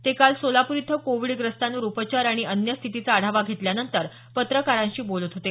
ते काल सोलापूर इथं कोविडग्रस्तांवर उपचार आणि अन्य स्थितीचा आढावा घेतल्यानंतर पत्रकारांशी बोलत होते